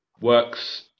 works